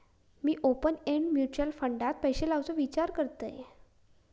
मी open end mutual फंडात पैशे लावुचो विचार करतंय